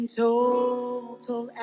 total